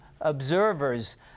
observers